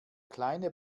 kleine